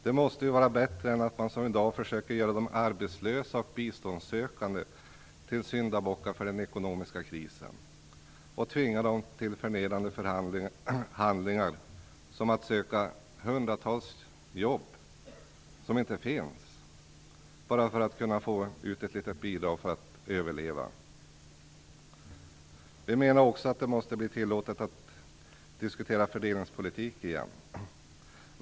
Det måste vara bättre än att man som i dag försöker göra de arbetslösa och biståndssökande till syndabockar för den ekonomiska krisen och tvinga dem till förnedrande handlingar, som att söka hundratals jobb som inte finns bara för att kunna få ut ett litet bidrag för att överleva. Vi menar också att det måste bli tillåtet att diskutera fördelningspolitik igen.